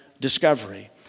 discovery